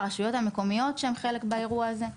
הרשויות המקומיות שהם חלק באירוע הזה.